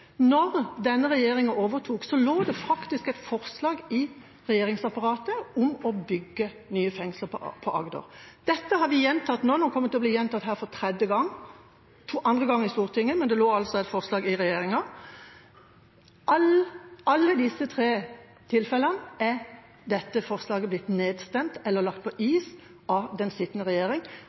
når vi vil ha noe gjort, mens forutsigbarheten til Fremskrittspartiet ligger i at de vil ha flere planer og større utredninger og pusterom for ministeren. Det er en tydelig politisk forskjell. Vi gjorde noe mellom 2010 og 2013. Da denne regjeringa overtok, lå det faktisk et forslag i regjeringsapparatet om å bygge nye fengsler på Agder. Dette har vi gjentatt nå, nå kommer det til å bli gjentatt her for tredje gang – andre gang i